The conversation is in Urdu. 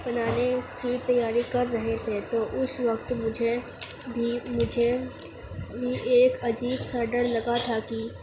بنانے کی تیاری کر رہے تھے تو اس وقت مجھے بھی مجھے بھی ایک عجیب سا ڈر لگا تھا کہ